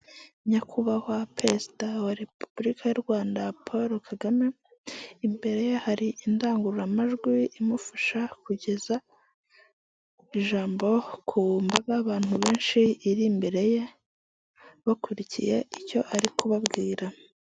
Nyakubahwa perezida wa repubulika y'u Rwanda Paul Kagame, imbere ye hari indangururamajwi imufasha kugeza ijambo ku mbaga y'abantu benshi iri imbere ye, bakurikiye icyo ari kubabwira.